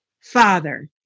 Father